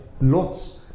lots